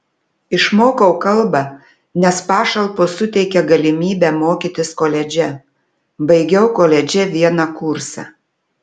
išmokau kalbą nes pašalpos suteikia galimybę mokytis koledže baigiau koledže vieną kursą